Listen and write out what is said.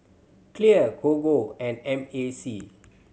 Clear Gogo and M A C